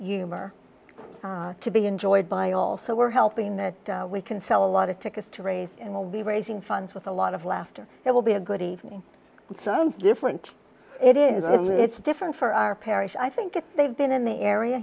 human to be enjoyed by all so we're helping the we can sell a lot of tickets to raise and we'll be raising funds with a lot of laughter it will be a good evening different it is it's different for our parish i think they've been in the area